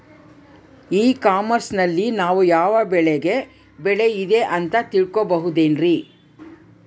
E commerce ನಲ್ಲಿ ನಾವು ಯಾವ ಬೆಳೆಗೆ ಬೆಲೆ ಇದೆ ಅಂತ ತಿಳ್ಕೋ ಬಹುದೇನ್ರಿ?